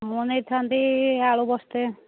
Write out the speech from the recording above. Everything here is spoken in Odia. ମୁଁ ନେଇଥାନ୍ତି ଆଳୁ ବସ୍ତାଏ